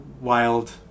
wild